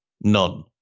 None